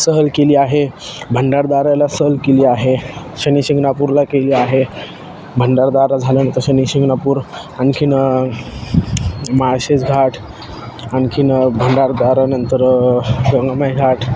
सहल केली आहे भंडारदऱ्याला सहल केली आहे शनिशिंगणापूरला केली आहे भंडारदरा झाल्यानंतर शनिशिंगणापूर आणखीन माळशेज घाट आणखीन भंडारदरानंतर रंगमाई घाट